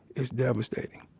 it's devastating.